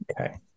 Okay